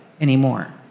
anymore